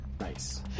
Nice